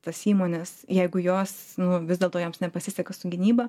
tas įmones jeigu juos vis dėlto joms nepasiseka su gynyba